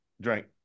Drink